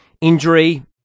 Injury